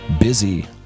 busy